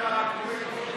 ממתי אתה קורא עיתונים?